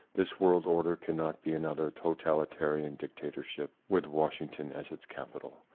this world order can not be another totalitarian dictatorship with washington as its capital.